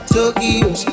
Tokyo